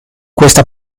questa